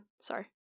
Sorry